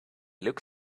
look